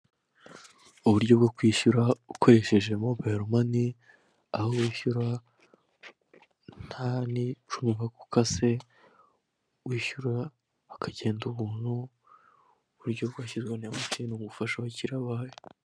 Uburyo bwo kwishyura ukoresheje mobayiro mani aho wishyura nta n'icumi bagukase kuko wishyura kakagenda umuntu uburyo bwashyirwa na emutiyene mu gufasha abakiriya bayo.